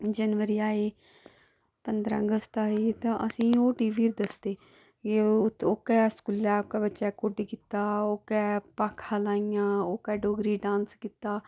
जनवरी आई पंदरां अगस्त आई ते ओह् असेंगी टीवी पर दसदे कि एह् ओह्के स्कूलै ओह्के एह् कीता ओह्के भाखां लाइयां ओह्के डोगरी डांस कीता जां